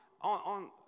on